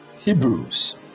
Hebrews